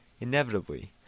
Inevitably